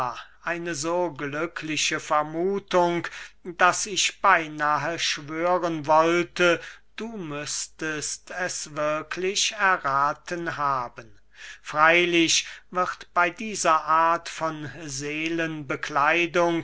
eine so glückliche vermuthung daß ich beynahe schwören wollte du müßtest es wirklich errathen haben freylich wird bey dieser art von